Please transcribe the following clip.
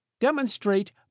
Demonstrate